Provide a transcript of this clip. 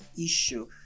issue